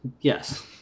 yes